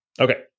Okay